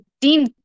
Dean